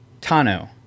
Tano